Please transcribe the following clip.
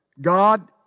God